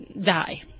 die